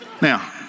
Now